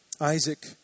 Isaac